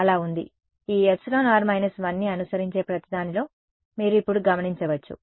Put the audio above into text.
అలా ఉంది ఈ εr− 1 ని అనుసరించే ప్రతిదానిలో మీరు ఇప్పుడు గమనించవచ్చు